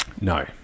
No